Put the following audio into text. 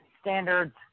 Standards